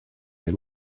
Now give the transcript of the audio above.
they